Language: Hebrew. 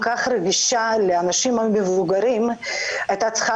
כל כך רגישה לאנשים המבוגרים הייתה צריכה